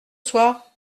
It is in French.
soir